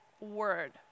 word